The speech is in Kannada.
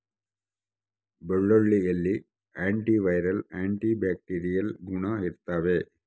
ಬೆಳ್ಳುಳ್ಳಿಯಲ್ಲಿ ಆಂಟಿ ವೈರಲ್ ಆಂಟಿ ಬ್ಯಾಕ್ಟೀರಿಯಲ್ ಗುಣ ಇರ್ತಾವ